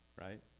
Right